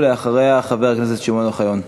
אחריה, חבר הכנסת שמעון אוחיון.